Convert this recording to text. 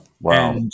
Wow